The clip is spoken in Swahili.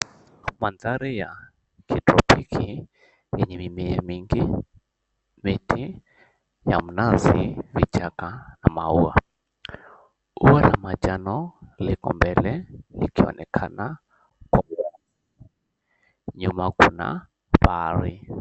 Mandhari ya kitropiki yenye mimea mingi miti ya mnazi vichaka na maua. Ua la manjano liko mbele likionekana kukuwa, nyuma kuna bahari.